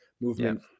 movement